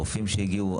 הרופאים שהגיעו,